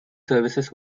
services